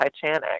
Titanic